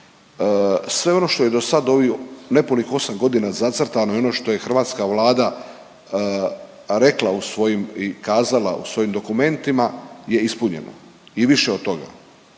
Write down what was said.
Sve ono što je dosad u ovi nepunih 8.g. zacrtano i ono što je hrvatska Vlada rekla u svojim i kazala u svojim dokumentima je ispunjeno i više od toga.